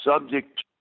subject